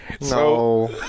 No